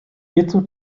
hierzu